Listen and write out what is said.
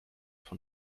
von